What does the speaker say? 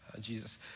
Jesus